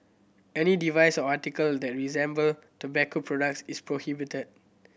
any device or article that resemble tobacco products is prohibited